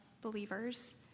believers